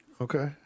Okay